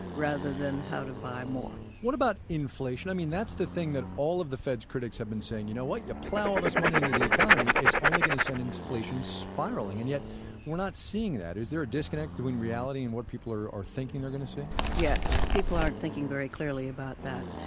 rather than how to buy more what about inflation? i mean, that's the thing that all of the fed's critics have been saying, you know what, you plow all this money into the economy, it's only going to send inflation spiraling. and yet we're not seeing that. is there a disconnect between reality and what people are are thinking they're going to see? yes. people aren't thinking very clearly about that.